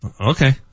Okay